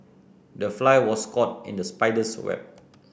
the fly was caught in the spider's web